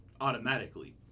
automatically